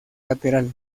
lateral